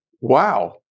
wow